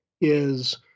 is-